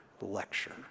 lecture